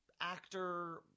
actor